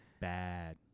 Bad